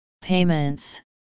payments